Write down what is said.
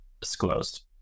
disclosed